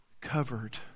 covered